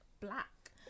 black